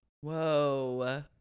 Whoa